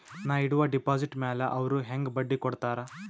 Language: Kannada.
ನಾ ಇಡುವ ಡೆಪಾಜಿಟ್ ಮ್ಯಾಲ ಅವ್ರು ಹೆಂಗ ಬಡ್ಡಿ ಕೊಡುತ್ತಾರ?